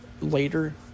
later